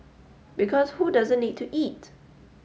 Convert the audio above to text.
because who doesn't need to eat